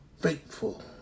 faithful